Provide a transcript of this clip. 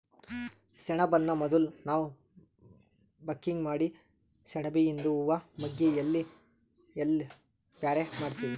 ಸೆಣಬನ್ನ ಮೊದುಲ್ ನಾವ್ ಬಕಿಂಗ್ ಮಾಡಿ ಸೆಣಬಿಯಿಂದು ಹೂವಾ ಮಗ್ಗಿ ಎಲಿ ಎಲ್ಲಾ ಬ್ಯಾರೆ ಮಾಡ್ತೀವಿ